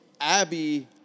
Abby